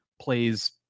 plays